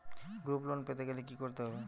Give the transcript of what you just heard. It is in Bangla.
গ্রুপ লোন পেতে গেলে কি করতে হবে?